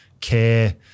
care